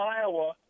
Iowa